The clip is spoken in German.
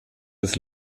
des